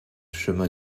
chemin